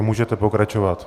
Můžete pokračovat.